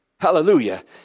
Hallelujah